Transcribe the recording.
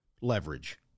leverage